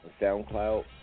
SoundCloud